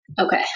Okay